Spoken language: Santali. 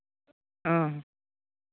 ᱦᱮᱸ